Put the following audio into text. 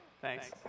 thanks